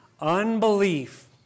Unbelief